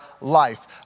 life